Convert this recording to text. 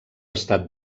estat